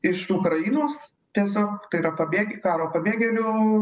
iš ukrainos tiesiog tai yra pabėg karo pabėgėlių